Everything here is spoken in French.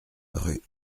rue